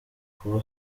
kuba